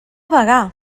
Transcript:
bagà